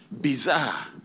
bizarre